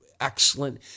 excellent